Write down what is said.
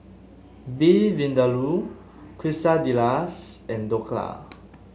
Beef Vindaloo Quesadillas and Dhokla